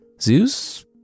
Zeus